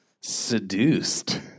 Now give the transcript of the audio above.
seduced